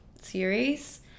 series